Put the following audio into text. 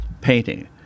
painting